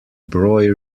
broye